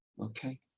okay